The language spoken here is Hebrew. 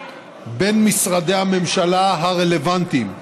בין משרדי הממשלה הרלוונטיים,